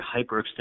hyperextension